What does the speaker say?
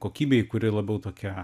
kokybei kuri labiau tokia